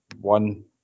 one